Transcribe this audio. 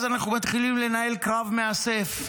אז אנחנו מתחילים לנהל קרב מאסף.